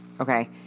Okay